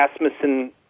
Asmussen